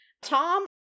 Tom